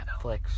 Netflix